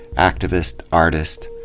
activist, artist,